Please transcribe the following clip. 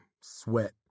sweat